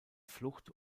flucht